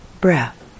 breath